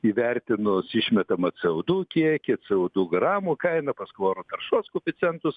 įvertinus išmetamą c o du kiekį c o du gramo kainą paskui oro taršos koeficientus